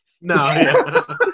No